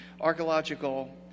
archaeological